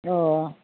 अ